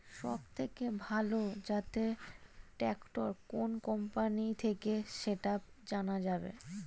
সবথেকে ভালো জাতের ট্রাক্টর কোন কোম্পানি থেকে সেটা জানা যাবে?